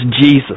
Jesus